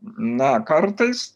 na kartais